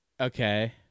Okay